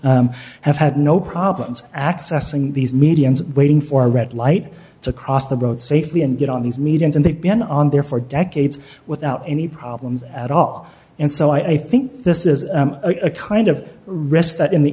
plaintiffs have had no problems accessing these mediums waiting for a red light to cross the road safely and get on these meetings and they've been on there for decades without any problems at all and so i think this is a kind of risk that in the